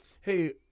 Hey